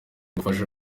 gufasha